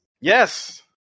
Yes